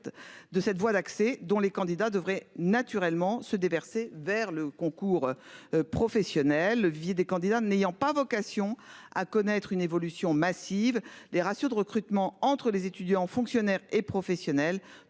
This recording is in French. de cette voie d'accès dont les candidats devraient naturellement se déverser vers le concours. Professionnel, vie des candidats n'ayant pas vocation à connaître une évolution massive des ratios de recrutement entre les étudiants, fonctionnaires et professionnelle